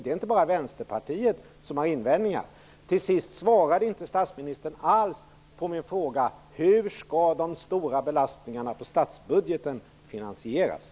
Det är inte bara Vänsterpartiet som har invändningar. Till sist svarade inte statsministern alls på min fråga om hur de stora belastningarna på statsbudgeten skall finansieras.